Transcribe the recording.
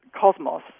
cosmos